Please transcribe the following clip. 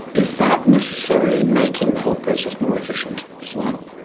is that necessarily making the whole process more efficient as well?